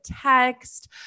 text